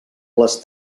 les